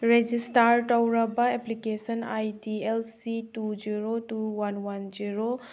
register ꯇꯧꯔꯕ application I D L C two zero two one one zero